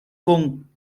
con